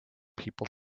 people